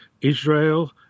Israel